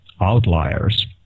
outliers